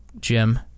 jim